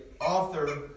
author